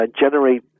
generate